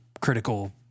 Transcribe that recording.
critical